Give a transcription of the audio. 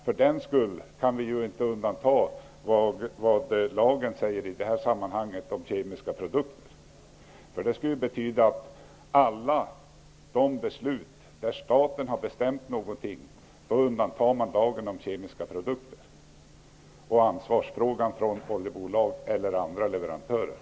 För den skull kan vi inte göra undantag från vad lagen säger om kemiska produkter, för det skulle betyda att alltid när staten har bestämt någonting undantar man oljebolag eller andra leverantörer från ansvar enligt lagen om kemiska produkter.